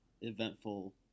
eventful